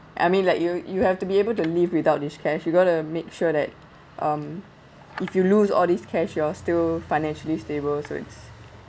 I mean like you you have to be able to live without this cash you got to make sure that um if you lose all these cash you're still financially stable so it's